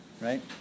right